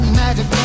magic